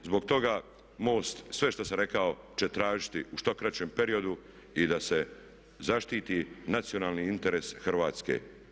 Zbog toga MOST sve što sam rekao će tražiti u što kraćem periodu i da se zaštiti nacionalni interes Hrvatske.